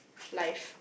life